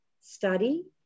study